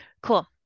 Cool